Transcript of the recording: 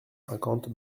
cinquante